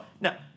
Now